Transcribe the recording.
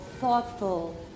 thoughtful